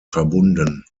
verbunden